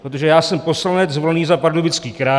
Protože já jsem poslanec zvolený za Pardubický kraj.